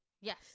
Yes